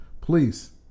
please